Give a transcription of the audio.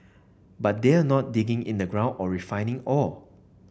but they're not digging in the ground or refining ore